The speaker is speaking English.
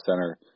center